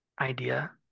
idea